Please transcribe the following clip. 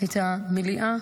את המליאה